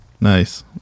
Nice